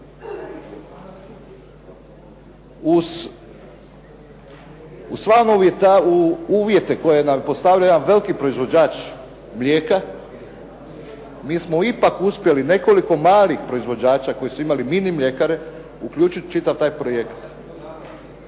Uz sve te uvjete koje nam postavlja jedan veliki proizvođač mlijeka, mi smo ipak uspjeli nekoliko malih proizvođača koji su imali mini mljekare uključit čitav taj projekt.